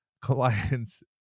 clients